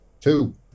Two